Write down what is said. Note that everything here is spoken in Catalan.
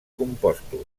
compostos